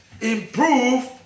improve